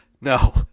No